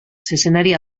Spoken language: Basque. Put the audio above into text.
zezenari